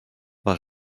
war